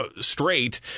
straight